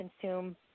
consume